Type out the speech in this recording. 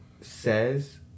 says